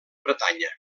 bretanya